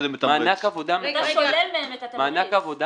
------ מענק עבודה